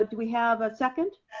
ah do we have a second?